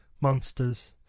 monsters